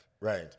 Right